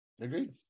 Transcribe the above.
Agreed